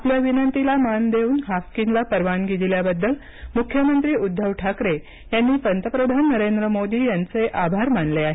आपल्या विनंतीला मान देऊन हाफकिनला परवानगी दिल्याबद्दल मुख्यमंत्री उद्धव ठाकरे यांनी पंतप्रधान नरेंद्र मोदी यांचे आभार मानले आहेत